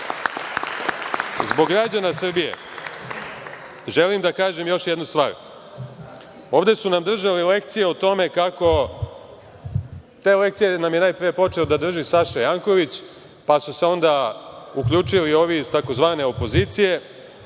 građana Srbije, želim da kažem još jednu stvar. Ovde su nam držali lekcije o tome kako, a te lekcije nam je najpre počeo da drži Saša Janković, pa su se onda uključili ovi iz tzv. opozicije,